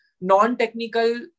non-technical